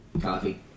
coffee